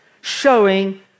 showing